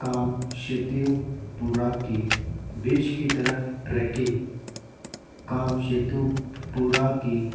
کام شیتیو پورا کی بیچ کی طرف ٹریکنگ کام شیتو پورا کی